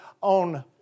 on